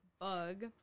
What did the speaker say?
bug